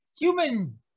human